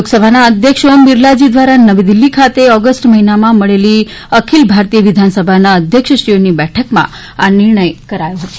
લોકસભાના અધ્યક્ષ ઓમ બિરલાજી દ્વારા નવી દિલ્ફી ખાતે ઓગસ્ટ મહિનામાં મળેલી અખિલ ભારતીય વિધાનસભાના અધ્યક્ષશ્રીઓની બેઠકમાં આ નિર્ણય કરાયો છે